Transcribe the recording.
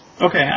Okay